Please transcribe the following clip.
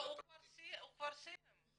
לא, הוא כבר סיים.